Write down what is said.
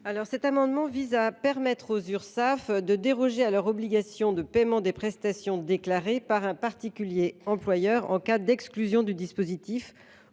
Cet amendement vise à permettre aux Urssaf de déroger à leur obligation de paiement des prestations déclarées par un particulier employeur en cas d’exclusion du dispositif